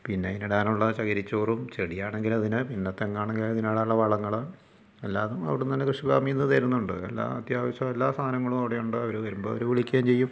പിന്നെ ഇതിന് ഇടാനുള്ള ചകിരി ചോറും ചെടിയാണെങ്കിൽ അതിന് പിന്നെ തെങ്ങാണെങ്കിൽ അതിനിടാനുള്ള വളങ്ങള് എല്ലാം അവിടുന്ന് തന്നെ കൃഷിഫാമിൽ നിന്ന് തരുന്നുണ്ട് എല്ലാ അത്യാവശ്യം എല്ലാ സാധനങ്ങളും അവിടെ ഉണ്ട് അവര് വരുമ്പോൾ അവര് വിളിക്കുകയും ചെയ്യും